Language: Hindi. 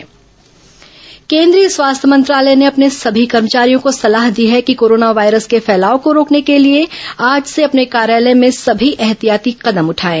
कोरोना स्वास्थ्य मंत्रालय सलाह केन्द्रीय स्वास्थ्य मंत्रालय ने अपने सभी कर्मचारियों को सलाह दी है कि कोरोना वायरस के फैलाव को रोकने के लिए आज से अपने कार्यालय में समी ऐहतियाती कदम उठाएं